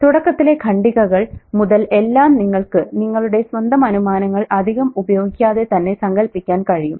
തുടക്കത്തിലെ ഖണ്ഡികകൾ മുതൽ എല്ലാം നിങ്ങൾക്ക് നിങ്ങളുടെ സ്വന്തം അനുമാനങ്ങൾ അധികം ഉപയോഗിക്കാതെ തന്നെ സങ്കൽപ്പിക്കാൻ കഴിയും